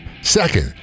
second